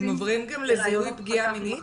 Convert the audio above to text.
עושים ראיונות חתך עם החניכים.